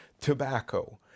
Tobacco